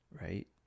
right